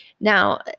Now